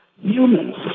humans